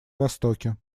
востоке